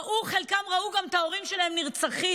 חלקם גם ראו את ההורים שלהם נרצחים.